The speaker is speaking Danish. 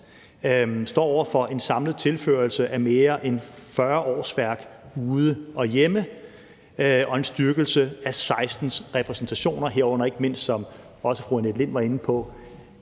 står over for en samlet tilførelse af mere end 40 årsværk ude og hjemme og en styrkelse af 16 repræsentationer, herunder ikke mindst – det var fru Annette Lind også inde på